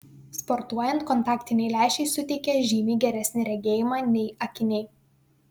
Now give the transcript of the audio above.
sportuojant kontaktiniai lęšiai suteikia žymiai geresnį regėjimą nei akiniai